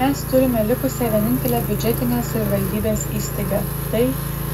mes turime likusią vienintelę biudžetinę savivaldybės įstaigą tai